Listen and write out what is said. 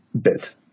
bit